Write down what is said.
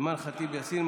אימאן ח'טיב יאסין,